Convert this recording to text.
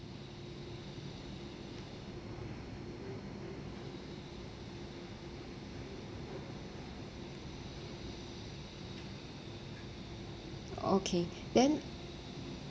okay then